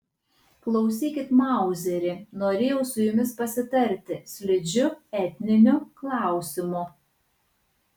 klausykit mauzeri norėjau su jumis pasitarti slidžiu etniniu klausimu